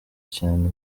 cyane